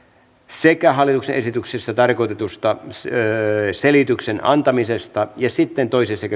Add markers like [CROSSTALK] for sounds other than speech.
sekä hallituksen esityksessä tarkoitetusta selityksen antamisesta ja sitten toisessa [UNINTELLIGIBLE]